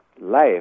life